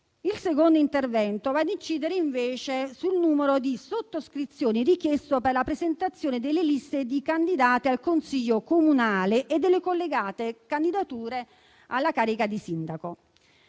Il secondo intervento va ad incidere invece sul numero di sottoscrizioni richiesto per la presentazione delle liste di candidature al Consiglio comunale e delle collegate candidature alla carica di sindaco.